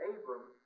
Abram